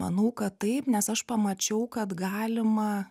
manau kad taip nes aš pamačiau kad galima